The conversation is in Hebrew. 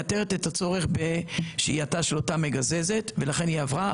מייתרת את הצורך בשהייתה של אותה מגזזת ולכן היא עברה.